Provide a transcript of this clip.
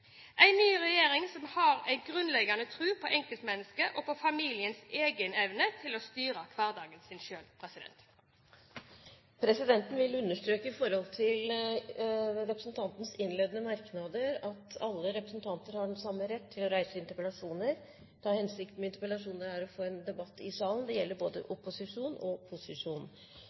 ny regjering som har en grunnleggende tro på enkeltmennesket og på familiens egenevne til å styre hverdagen sin selv. Når det gjelder representantens innledende merknader, vil presidenten understreke at alle representanter har den samme rett til å reise interpellasjoner, der hensikten med interpellasjonen er å få en debatt i salen. Det gjelder både opposisjon og posisjon.